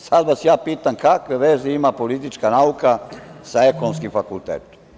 Sada vas pitam kakve veze ima politička nauka sa Ekonomskim fakultetom?